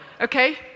Okay